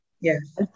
Yes